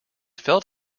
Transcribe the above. felt